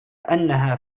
أنها